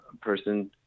person